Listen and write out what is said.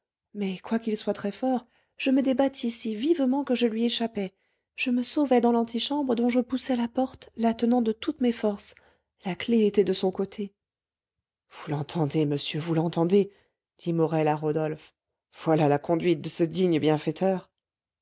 mais quoiqu'il soit très-fort je me débattis si vivement que je lui échappai je me sauvai dans l'antichambre dont je poussai la porte la tenant de toutes mes forces la clef était de son côté vous l'entendez monsieur vous l'entendez dit morel à rodolphe voilà la conduite de ce digne bienfaiteur